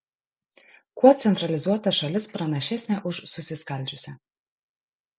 kuo centralizuota šalis pranašesnė už susiskaldžiusią